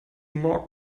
more